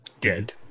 Dead